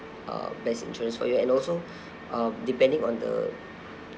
uh best interests for you and also uh depending on the